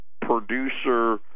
producer